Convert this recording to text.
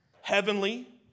heavenly